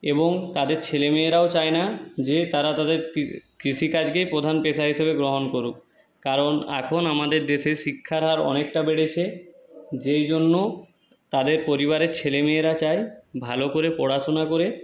এবং তাদের ছেলে মেয়েরাও চায় না যে তারা তাদের কৃষিকাজটাকে প্রধান পেশা হিসেবে গ্রহণ করুক কারণ এখন আমাদের দেশে শিক্ষার হার অনেকটা বেড়েছে যেই জন্য তাদের পরিবারের ছেলেমেয়েরা চায় ভালো করে পড়াশোনা করে